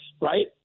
right